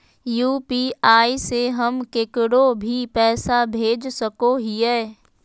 UPI से हम केकरो भी पैसा भेज सको हियै?